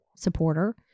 supporter